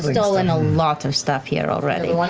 like ah and a lot of stuff here already.